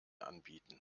anbieten